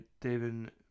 David